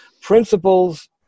principles